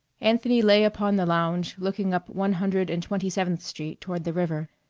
anthony lay upon the lounge looking up one hundred and twenty-seventh street toward the river,